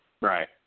Right